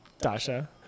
Dasha